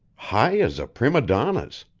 high as a prima donna's.